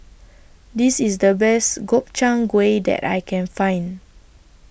This IS The Best Gobchang Gui that I Can Find